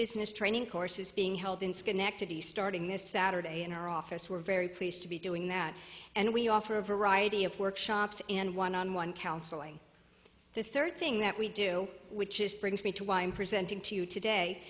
business training courses being held in schenectady starting this saturday in our office we're very pleased to be doing that and we offer a variety of workshops and one on one counseling the third thing that we do which is brings me to why i'm presenting to you today